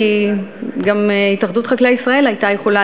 כי גם התאחדות חקלאי ישראל הייתה יכולה